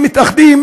שמתאחדים